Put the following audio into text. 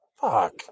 Fuck